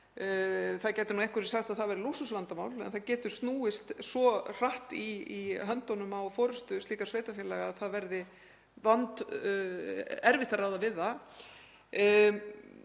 Það gætu einhverjir sagt að það væri lúxusvandamál en það getur snúist svo hratt í höndunum á forystu slíkra sveitarfélaga að erfitt verði að ráða við það.